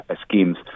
schemes